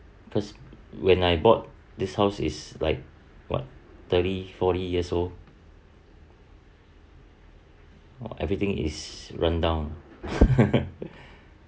because when I bought this house is like what thirty forty years old everything is run down